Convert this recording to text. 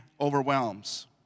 overwhelms